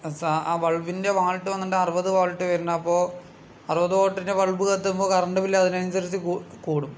ആ സാ ബൾബിൻ്റെ വാൾട്ട് വന്നിട്ട് അറുപത് വാൾട്ട് വരുന്നു അപ്പോൾ അറുപത് വാൾട്ടിൻ്റെ ബൾബ് കത്തുമ്പോൾ കറൻറ്റ് ബിൽ അതിനനുസരിച്ച് കൂ കൂടും